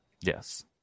Yes